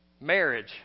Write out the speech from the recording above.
Marriage